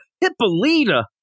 Hippolita